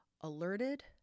alerted